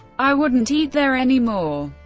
i wouldn't eat there anymore.